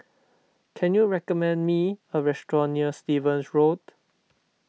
can you recommend me a restaurant near Stevens Road